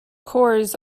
cores